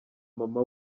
mama